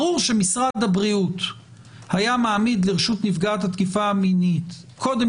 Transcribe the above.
ברור שמשרד הבריאות היה מעמיד לרשות נפגעת התקיפה המינית קודם